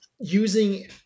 using